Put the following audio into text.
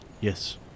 Yes